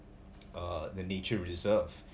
uh the nature reserve